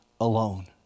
alone